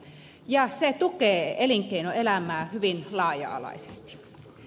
se tukee elinkeinoelämää hyvin laaja alaisesti